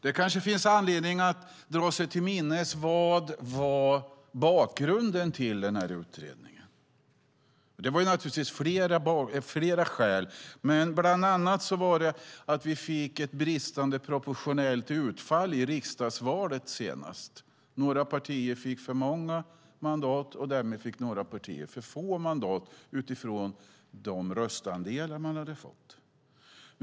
Det kanske finns anledning att dra sig till minnes vad som var bakgrunden till utredningen. Det fanns naturligtvis flera skäl, bland annat att vi fick ett bristande proportionellt utfall i senaste riksdagsvalet. Några partier fick för många mandat och därmed fick några partier för få mandat utifrån röstandelarna.